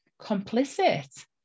complicit